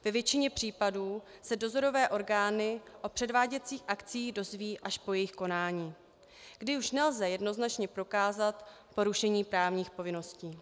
Ve většině případů se dozorové orgány o předváděcích akcích dozvědí až po jejich konání, kdy už nelze jednoznačně prokázat porušení právních povinností.